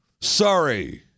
Sorry